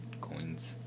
coins